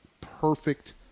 perfect